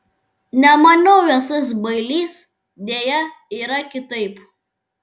nemaniau esąs bailys deja yra kitaip